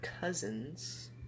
cousins